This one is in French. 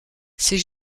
ces